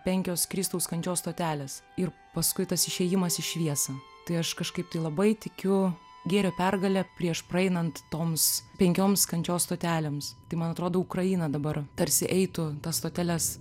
penkios kristaus kančios stotelės ir paskui tas išėjimas į šviesą tai aš kažkaip tai labai tikiu gėrio pergale prieš praeinant toms penkioms kančios stotelėms tai man atrodo ukraina dabar tarsi eitų tas stoteles